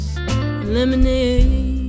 lemonade